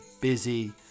busy